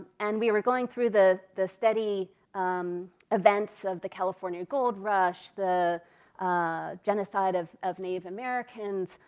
and we were going through the the study events of the california gold rush, the ah genocide of of native americans,